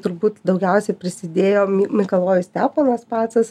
turbūt daugiausiai prisidėjo mikalojus steponas pacas